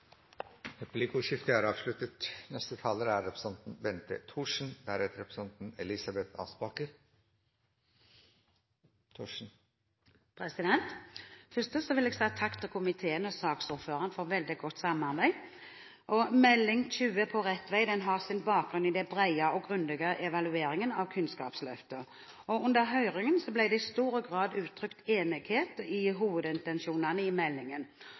Replikkordskiftet er avsluttet. Først vil jeg si takk til komiteen og saksordføreren for veldig godt samarbeid. Meld. St. 20 for 2012–2013, På rett vei, har sin bakgrunn i den brede og grundige evalueringen av Kunnskapsløftet. Under høringen ble det i stor grad uttrykt enighet om hovedintensjonene i meldingen.